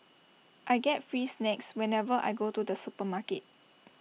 I get free snacks whenever I go to the supermarket